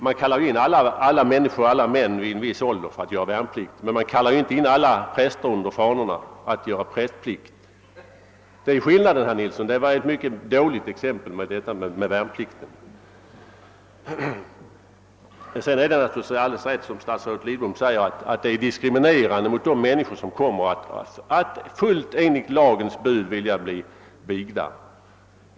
Man kallar ju in alla män i en viss ålder för att göra värnplikt men man kallar inte in alla präster under fanorna för att göra prästplikt. Det är skillnaden, herr Nilsson. Det var ett mycket dåligt exempel. Det är alldeles rätt, som statsrådet Lidbom påpekar, att prästernas vigselvägran diskriminerar de människor som helt lagenligt vill bli vigda.